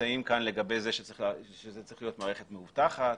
שמוצעים כאן לגבי זה שזאת צריכה להיות מערכת מאובטחת,